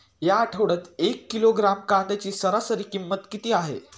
या आठवड्यात एक किलोग्रॅम कांद्याची सरासरी किंमत किती आहे?